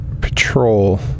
patrol